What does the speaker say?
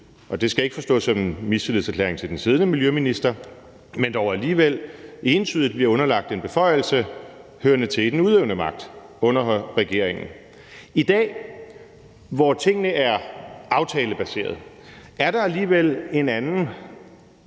det skal ikke forstås som en mistillidserklæring til den siddende miljøminister, men dog alligevel, bliver underlagt en beføjelse hørende til den udøvende magt under regeringen. I dag, hvor tingene er aftalebaseret, er der alligevel en anden